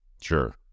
Sure